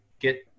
get